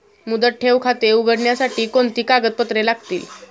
मुदत ठेव खाते उघडण्यासाठी कोणती कागदपत्रे लागतील?